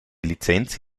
lizenz